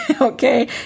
okay